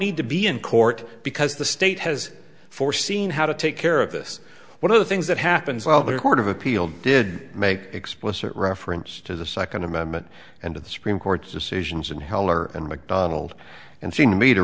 need to be in court because the state has foreseen how to take care of this one of the things that happens while the court of appeal did make explicit reference to the second amendment and the supreme court's decisions in heller and mcdonald and seem to me to